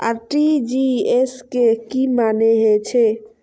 RTGS के की मानें हे छे?